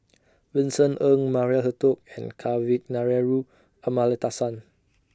Vincent Ng Maria Hertogh and Kavignareru Amallathasan